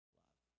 love